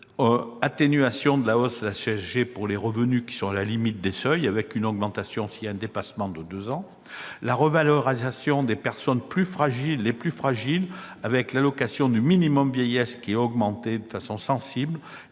l'atténuation de la hausse de la CSG pour les revenus à la limite des seuils, avec une augmentation en cas de dépassement de deux ans, la revalorisation des personnes les plus fragiles, avec l'allocation du minimum vieillesse, qui augmente sensiblement,